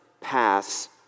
pass